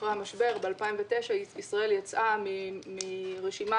אחרי המשבר ב-2009 ישראל יצאה מרשימת